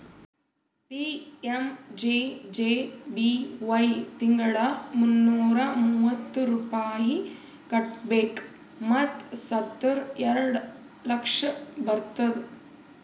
PMJJBY ತಿಂಗಳಾ ಮುನ್ನೂರಾ ಮೂವತ್ತು ರೂಪಾಯಿ ಕಟ್ಬೇಕ್ ಮತ್ ಸತ್ತುರ್ ಎರಡ ಲಕ್ಷ ಬರ್ತುದ್